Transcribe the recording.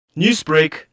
Newsbreak